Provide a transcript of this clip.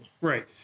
Right